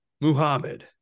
Muhammad